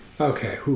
Okay